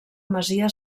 masia